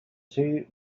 two